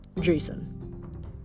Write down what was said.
Jason